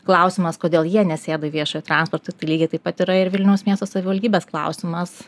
klausimas kodėl jie nesėda į viešą transportą lygiai taip pat yra ir vilniaus miesto savivaldybės klausimas